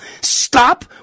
Stop